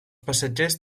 passatgers